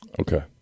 Okay